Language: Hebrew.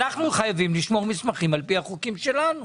אנחנו חייבים לשמור מסמכים על פי החוקים שלנו.